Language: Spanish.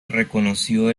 reconoció